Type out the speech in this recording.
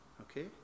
Okay